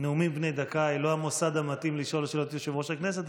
הנאומים בני הדקה היא לא המוסד המתאים לשאול שאלות את יושב-ראש הכנסת,